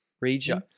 region